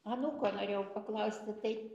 anūko norėjau paklausti tai